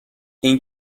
این